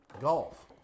golf